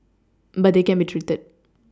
but they can be treated